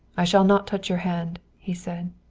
i shall not touch your hand, he said.